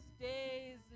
days